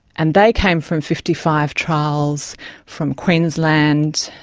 and they came from fifty five trials from queensland,